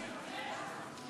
וזה יקרה.